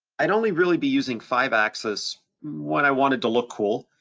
i'd only really be using five axis when i wanted to look cool,